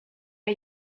are